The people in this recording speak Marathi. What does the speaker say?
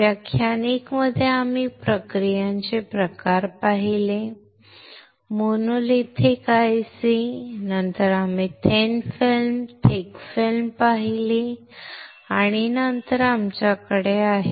व्याख्यान 1 मध्ये आम्ही प्रक्रियांचे प्रकार पाहिले मोनोलिथिक ICs नंतर आम्ही थिन फिल्म थिक फिल्म पाहिली आणि नंतर आमच्याकडे आहे